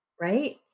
Right